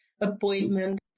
appointment